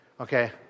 Okay